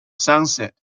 sunset